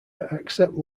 accept